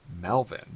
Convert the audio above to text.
Melvin